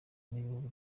n’ibihugu